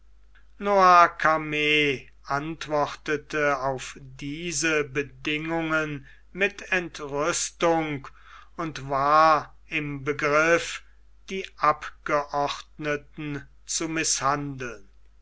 noircarmes antwortete auf diese bedingungen mit entrüstung und war im begriff die abgeordneten zu mißhandeln